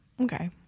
okay